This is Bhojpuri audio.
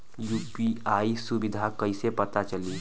यू.पी.आई सुबिधा कइसे पता चली?